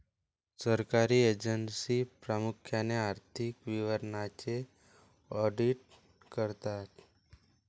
सरकारी एजन्सी प्रामुख्याने आर्थिक विवरणांचे ऑडिट करतात